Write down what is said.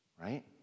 right